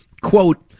Quote